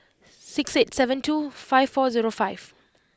six eight seven two five four zero five